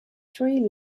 three